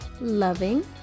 loving